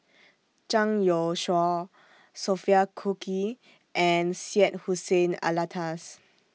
Zhang Youshuo Sophia Cooke and Syed Hussein Alatas